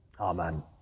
Amen